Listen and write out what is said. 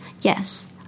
yes